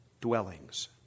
dwellings